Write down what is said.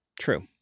True